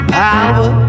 power